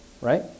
Right